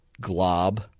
Glob